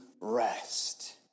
rest